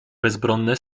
bezbronne